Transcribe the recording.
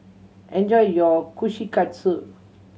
enjoy your Kushikatsu